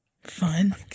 fun